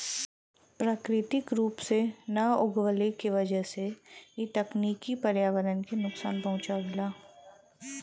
प्राकृतिक रूप से ना उगवले के वजह से इ तकनीकी पर्यावरण के नुकसान पहुँचावेला